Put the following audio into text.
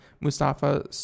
Mustafa